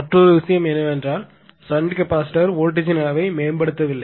மற்றொரு விஷயம் என்னவென்றால் ஷன்ட் கெப்பாசிட்டர் வோல்டேஜ் ன் அளவை மேம்படுத்தவில்லை